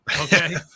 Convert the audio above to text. Okay